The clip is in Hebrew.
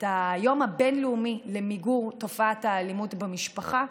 את היום הבין-לאומי למיגור תופעת האלימות במשפחה.